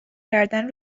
کردن